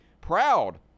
proud